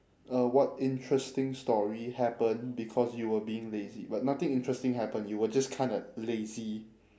uh what interesting story happened because you were being lazy but nothing interesting happened you were just kinda lazy